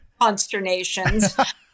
consternations